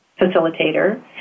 facilitator